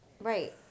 Right